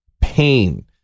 pain